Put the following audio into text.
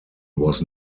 was